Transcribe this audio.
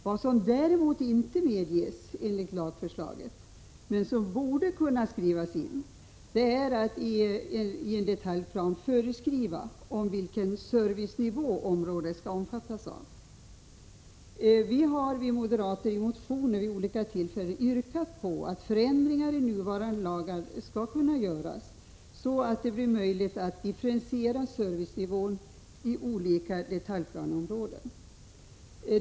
Vad som däremot inte medges enligt lagförslaget, men som borde kunna ingå, är att man i en detaljplan föreskriver vilken servicenivå området skall omfattas av. Vi moderater har vid olika tillfällen i motioner yrkat på att sådana förändringar i nuvarande lagar skall vidtas att det blir möjligt att differentiera servicenivån i olika detaljplaneområden.